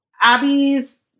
Abby's